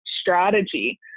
strategy